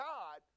God